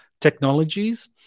technologies